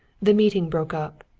the meeting broke up.